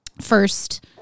First